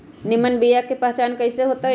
निमन बीया के पहचान कईसे होतई?